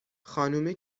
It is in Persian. خانومه